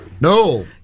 no